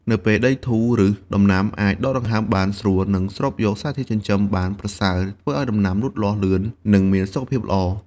នៅពេលដីធូរ ឬសដំណាំអាចដកដង្ហើមបានស្រួល និងស្រូបយកសារធាតុចិញ្ចឹមបានប្រសើរ ធ្វើឲ្យដំណាំលូតលាស់លឿន និងមានសុខភាពល្អ។